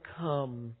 come